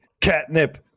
Catnip